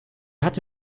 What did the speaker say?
hatte